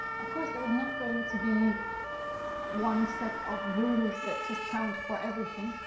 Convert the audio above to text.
of course there's not going to be one set of rules that just counts for everything,